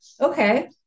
okay